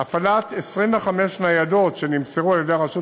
הפעלת 25 ניידות שנמסרו על-ידי הרשות